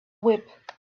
whip